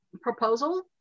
proposal